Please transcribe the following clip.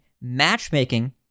matchmaking